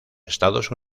estados